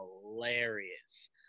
hilarious